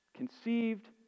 conceived